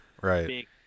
right